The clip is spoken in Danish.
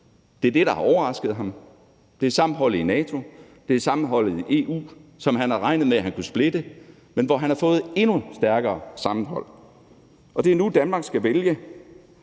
Det er det, der har overrasket ham. Det er sammenholdet i NATO, og det er sammenholdet i EU, som han havde regnet med at han kunne splitte, men som har fået et endnu stærkere sammenhold. Det er nu, Danmark skal vælge.